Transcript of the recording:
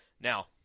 Now